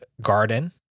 garden